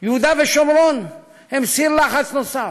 יהודה ושומרון הם סיר לחץ נוסף: